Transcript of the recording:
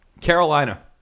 Carolina